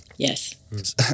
Yes